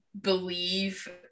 believe